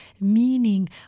meaning